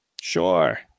Sure